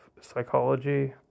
psychology